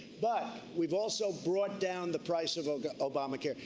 but we've also brought down the price of of obamacare.